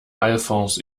alfons